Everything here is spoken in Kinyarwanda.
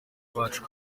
bacu